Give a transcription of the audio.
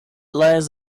lies